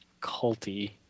culty